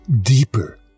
deeper